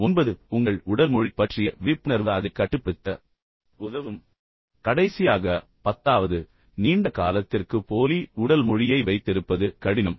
ஒன்பது உங்கள் உடல் மொழி பற்றிய விழிப்புணர்வு அதை கட்டுப்படுத்த உதவும் கடைசியாக பத்தாவது நீண்ட காலத்திற்கு போலி உடல் மொழியை வைத்திருப்பது கடினம்